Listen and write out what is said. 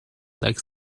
like